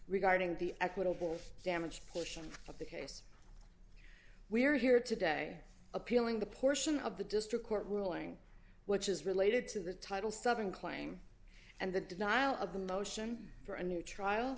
regarding the equitable damage portion of the case we are here today appealing the portion of the district court ruling which is related to the title seven claim and the denial of the motion for a new trial